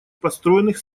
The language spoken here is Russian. построенных